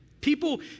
People